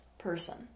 Person